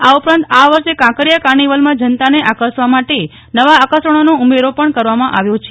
આ ઉપરાંત આ વર્ષે કાંકરિયા કાર્નિવલમાં જનતાને આકર્ષવા માટે નવા આકર્ષણોનો ઉમેરો પણ કરવામાં આવ્યો છે